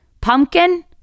pumpkin